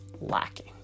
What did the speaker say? lacking